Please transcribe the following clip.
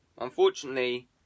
Unfortunately